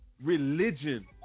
religion